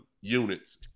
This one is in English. units